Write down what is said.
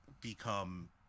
become